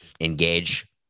engage